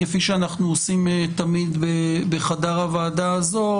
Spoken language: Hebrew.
כפי שאנחנו עושים תמיד בחדר הוועדה הזו,